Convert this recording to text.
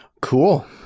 Cool